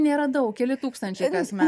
nėra daug keli tūkstančiai kasmet